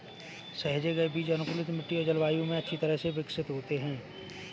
सहेजे गए बीज अनुकूलित मिट्टी और जलवायु में अच्छी तरह से विकसित होते हैं